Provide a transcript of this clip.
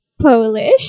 Polish